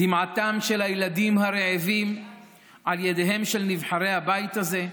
דמעתם של הילדים הרעבים על ידיהם של נבחרי הבית הזה,